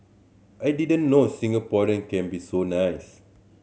I didn't know Singaporean can be so nice